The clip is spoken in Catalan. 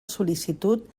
sol·licitud